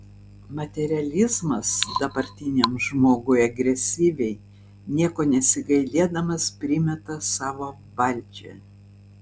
materializmas dabartiniam žmogui agresyviai nieko nesigailėdamas primeta savo valdžią